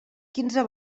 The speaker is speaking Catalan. quinze